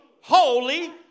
holy